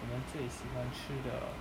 我们最喜欢吃的